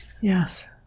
Yes